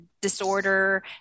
disorder